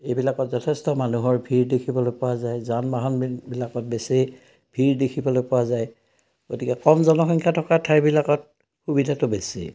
এইবিলাকত যথেষ্ট মানুহৰ ভিৰ দেখিবলৈ পোৱা যায় যান বাহনবিলাকত বেছি ভিৰ দেখিবলৈ পোৱা যায় গতিকে কম জনসংখ্যা থকা ঠাইবিলাকত সুবিধাটো বেছি